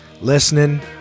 listening